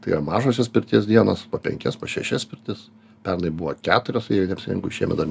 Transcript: tai yra mažosios pirties dienos po penkias šešias pirtis pernai buvo keturios jei neapsirinku šiemet dar